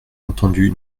entendu